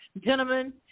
Gentlemen